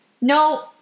No